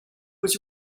was